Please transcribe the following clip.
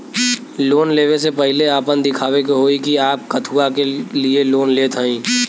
Loan ले वे से पहिले आपन दिखावे के होई कि आप कथुआ के लिए लोन लेत हईन?